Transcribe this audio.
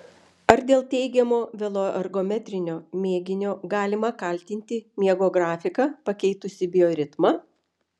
ar dėl teigiamo veloergometrinio mėginio galima kaltinti miego grafiką pakeitusį bioritmą